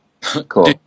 Cool